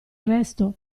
resto